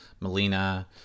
Melina